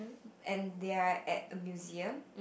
and they are at the museum